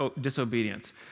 disobedience